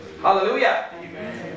Hallelujah